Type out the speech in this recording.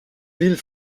ville